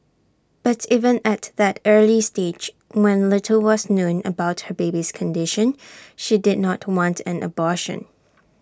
but even at that early stage when little was known about her baby's condition she did not want an abortion